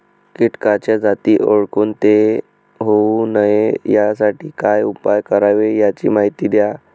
किटकाच्या जाती ओळखून ते होऊ नये यासाठी काय उपाय करावे याची माहिती द्या